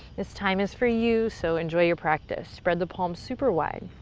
this time is for you so enjoy your practice. spread the palms super wide,